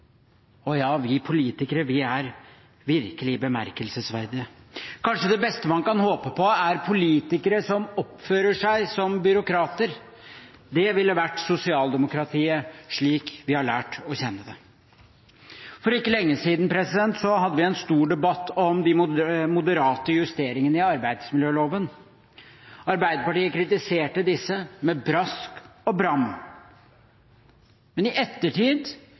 Ja, vi politikere er virkelig bemerkelsesverdige. Kanskje det beste man kan håpe på er politikere som oppfører seg som byråkrater? Det ville være sosialdemokratiet slik vi har lært å kjenne det. For ikke lenge siden hadde vi en stor debatt om de moderate justeringene i arbeidsmiljøloven. Arbeiderpartiet kritiserte disse med brask og bram, men i ettertid